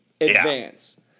advance